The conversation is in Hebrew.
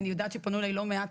אני יודעת שפנו אליי לא מעט,